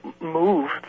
move